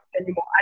anymore